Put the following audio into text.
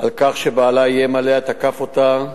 על כך שבעלה איים עליה, תקף אותה,